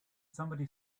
somebody